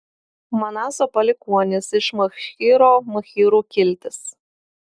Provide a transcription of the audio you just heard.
manaso palikuonys iš machyro machyrų kiltis